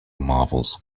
marvels